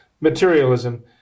materialism